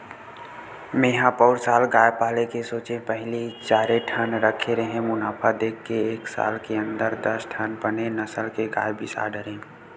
मेंहा पउर साल गाय पाले के सोचेंव पहिली चारे ठन रखे रेहेंव मुनाफा देख के एके साल के अंदर दस ठन बने नसल के गाय बिसा डरेंव